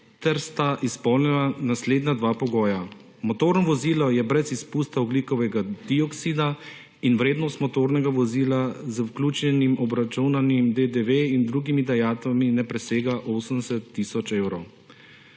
ter sta izpolnjena naslednja dva pogoja: motorno vozilo je brez izpustov ogljikovega dioksida in vrednost motornega vozila z vključenim obračunanim DDV in drugimi dajatvami ne presega 80 tisoč evrov.